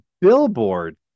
Billboard